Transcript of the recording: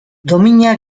domina